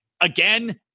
again